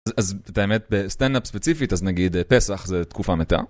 אז ת׳אמת בסטנדאפ ספציפית, אז נגיד פסח זה תקופה מתה.